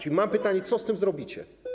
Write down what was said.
I mam pytanie: Co z tym zrobicie?